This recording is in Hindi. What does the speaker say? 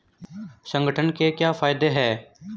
संगठन के क्या फायदें हैं?